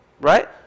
Right